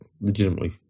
legitimately